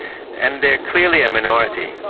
and they're clearly a minority.